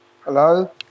Hello